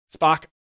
Spock